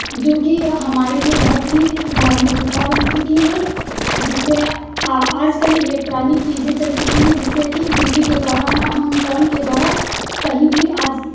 जोकि हमारे लिए बहुत ही धार्मिक प्रथा बन चुकी है जिससे आ आजकल इलेक्ट्रॉनिक चीज़ें चल चुकी है जिससे टी टी वी के द्वारा ह हम फ़ोन के द्वारा कहीं भी आज